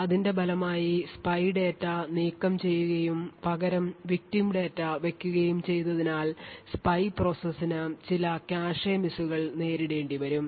അതിന്റെ ഫലമായി spy data നീക്കംചെയ്യുകയും പകരം victim ഡാറ്റ വയ്ക്കുകയും ചെയ്തതിനാൽ spy process ന് ചില കാഷെ മിസ്സുകൾ നേരിടേണ്ടിവരും